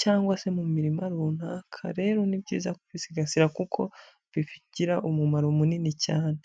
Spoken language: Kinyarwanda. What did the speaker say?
cyangwa se mu mirima runaka, rero ni byiza kubisigasira kuko bigira umumaro munini cyane.